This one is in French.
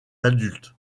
adultes